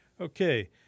Okay